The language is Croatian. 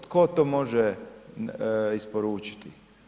Tko to može isporučiti?